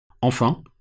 Enfin